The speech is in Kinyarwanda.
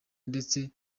ndetse